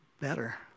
better